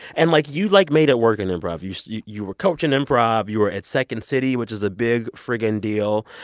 and, like, you, like, made it work in improv. you so you were coaching improv. you were at second city, which is a big frigging deal.